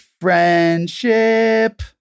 friendship